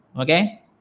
Okay